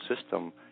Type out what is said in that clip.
system